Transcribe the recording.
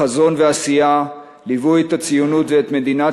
חזון ועשייה ליוו את הציונות ואת מדינת